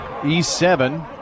E7